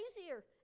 easier